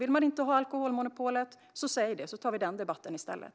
Om ni inte vill ha alkoholmonopolet - säg det, så tar vi den debatten i stället!